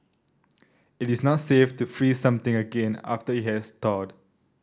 it is not safe to freeze something again after it has thawed